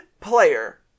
player